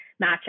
match